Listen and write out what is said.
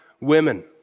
women